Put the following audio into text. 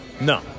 no